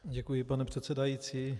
Děkuji, pane předsedající.